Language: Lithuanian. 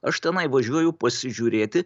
aš tenai važiuoju pasižiūrėti